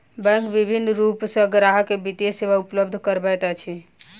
bank विभिन्न रूप सॅ ग्राहक के वित्तीय सेवा उपलब्ध करबैत अछि